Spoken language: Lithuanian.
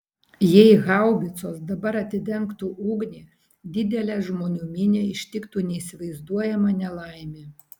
jei haubicos dabar atidengtų ugnį didelę žmonių minią ištiktų neįsivaizduojama nelaimė